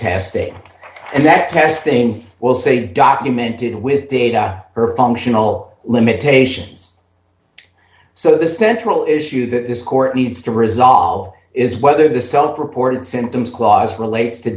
testing and that testing will say documented with data her functional limitations so the central issue that this court needs to resolve is whether the self reported symptoms clause relates to